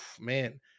man